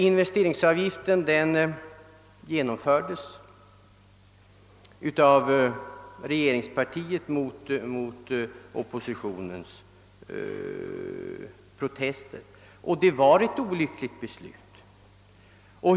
Investeringsavgiften genomfördes av regeringspartiet mot oppositionens vilja, och det var ett olyckligt beslut.